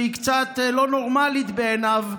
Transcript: שהיא קצת לא נורמלית בעיניו,